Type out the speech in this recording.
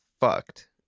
fucked